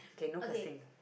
okay no cursing